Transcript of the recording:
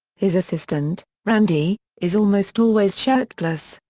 his assistant, randy, is almost always shirtless,